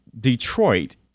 Detroit